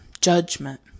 judgment